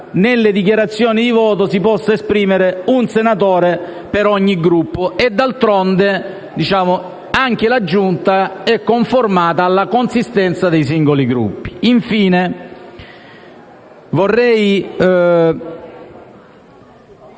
nelle dichiarazioni di voto si possa esprimere un senatore per ogni Gruppo, e d'altronde anche la Giunta è conformata alla consistenza dei singoli Gruppi.